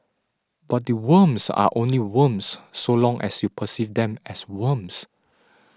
but the worms are only worms so long as you perceive them as worms